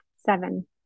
seven